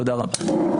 תודה רבה.